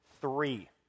Three